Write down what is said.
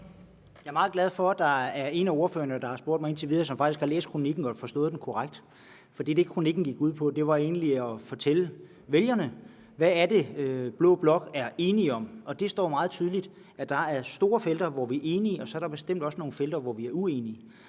Jeg er meget glad for, at der er en af ordførerne, som har spurgt mig indtil videre, der faktisk har læst kronikken og forstået den korrekt, for det, kronikken gik ud på, var egentlig at fortælle vælgerne, hvad det er, blå blok er enig om. Og det står meget tydeligt, at der er store felter, hvor vi er enige, og så er der bestemt også nogle felter, hvor vi er uenige.